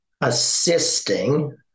assisting